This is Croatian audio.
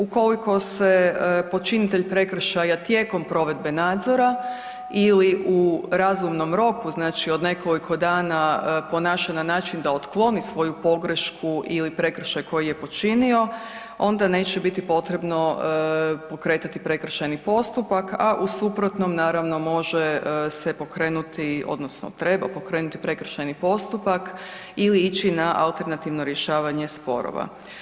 Ukoliko se počinitelj prekršaja tijekom provedbe nadzora ili u razumnom roku, znači od nekoliko dana ponaša na način da otkloni svoju pogrešku ili prekršaj koji je počinio onda neće biti potrebno pokretati prekršajni postupak, a u suprotnom naravno može se pokrenuti odnosno treba pokrenuti prekršajni postupak ili ići na alternativno rješavanje sporova.